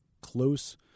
close